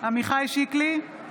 עמיחי שיקלי,